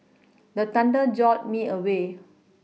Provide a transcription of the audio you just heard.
the thunder jolt me awake